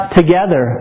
together